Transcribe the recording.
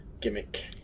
gimmick